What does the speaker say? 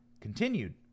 continued